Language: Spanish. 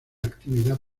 actividad